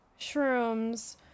shrooms